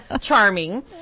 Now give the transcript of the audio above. charming